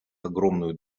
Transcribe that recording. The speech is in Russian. огромную